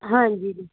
ਹਾਂਜੀ ਜੀ